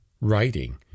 writing